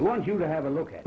want you to have a look at